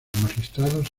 magistrados